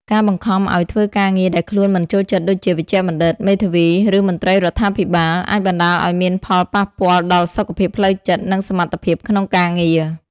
ការបង្ខំឲ្យធ្វើការងារដែលខ្លួនមិនចូលចិត្ត ដូចជា វេជ្ជបណ្ឌិត មេធាវី ឬមន្ត្រីរដ្ឋាភិបាល អាចបណ្តាលឲ្យមានផលប៉ះពាល់ដល់សុខភាពផ្លូវចិត្ត និងសមត្ថភាពក្នុងការងារ។